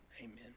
Amen